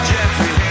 Jeffrey